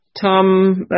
Tom